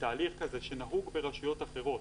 תהליך כזה שנהוג ברשויות אחרות,